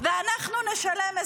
ואנחנו נשלם,